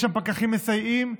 יש שם פקחים מסייעים,